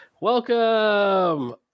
Welcome